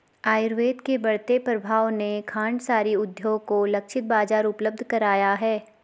आयुर्वेद के बढ़ते प्रभाव ने खांडसारी उद्योग को लक्षित बाजार उपलब्ध कराया है